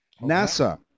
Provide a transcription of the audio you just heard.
NASA